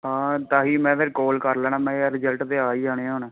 ਹਾਂ ਤਾਂ ਹੀ ਮੈਂ ਫਿਰ ਕਾਲ ਕਰ ਲੈਣਾ ਮੈਂ ਕਿਹਾ ਯਾਰ ਰਿਜ਼ਲਟ ਤਾਂ ਆ ਹੀ ਜਾਣੇ ਆ ਹੁਣ